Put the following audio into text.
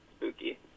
spooky